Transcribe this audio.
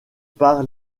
par